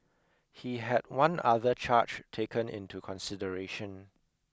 he had one other charge taken into consideration